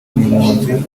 n’impunzi